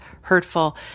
hurtful